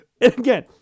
again